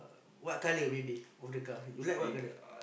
what colour maybe of the car you like what colour